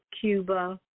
Cuba